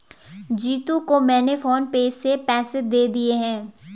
जीतू को मैंने PhonePe से पैसे दे दिए हैं